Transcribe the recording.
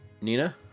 Nina